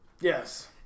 Yes